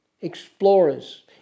explorers